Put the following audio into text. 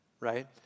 right